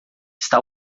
está